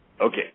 Okay